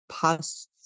past